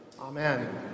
Amen